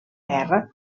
guerra